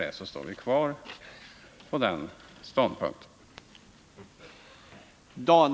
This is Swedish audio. Därför håller vi fast vid den ståndpunkten.